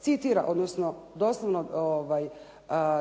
citira, odnosno doslovno